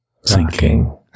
sinking